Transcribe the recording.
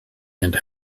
and